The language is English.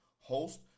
host